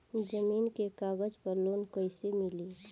जमीन के कागज पर लोन कइसे मिली?